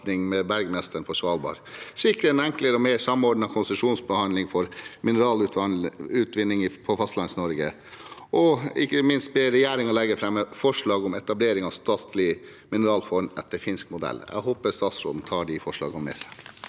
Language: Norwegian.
med Bergmesteren for Svalbard, sikre en enklere og mer samordnet konsesjonsbehandling for mineralutvinning i Fastlands-Norge og ikke minst be regjeringen legge fram forslag om etablering av et statlig mineralfond etter finsk modell. Jeg håper statsråden tar de forslagene med seg.